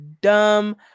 dumb